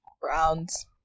Browns